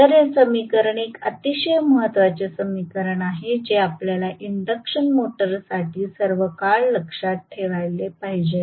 तर हे समीकरण एक अतिशय महत्वाचे समीकरण आहे जे आपल्याला इंडकशन मोटरसाठी सर्वकाळ लक्षात ठेवले पाहिजे